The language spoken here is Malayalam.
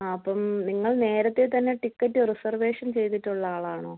ആ അപ്പം നിങ്ങള് നേരത്തെ തന്നെ ടിക്കറ്റ് റിസർവേഷൻ ചെയ്തിട്ടുള്ള ആളാണൊ